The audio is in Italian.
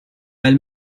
bel